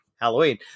Halloween